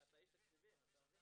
בוא ספר